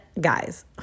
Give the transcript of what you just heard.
guys